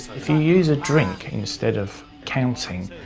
if you use a drink instead of counting,